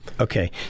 Okay